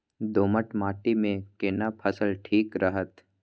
दोमट माटी मे केना फसल ठीक रहत?